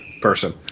person